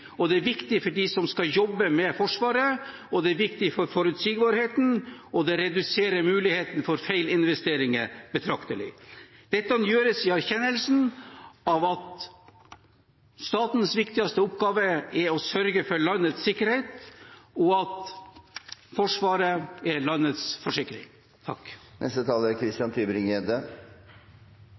Det er viktig for dem som skal jobbe med Forsvaret, det er viktig for forutsigbarheten, og det reduserer muligheten for feilinvesteringer betraktelig. Dette gjøres i erkjennelsen av at statens viktigste oppgave er å sørge for landets sikkerhet, og at Forsvaret er landets forsikring.